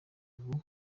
ubu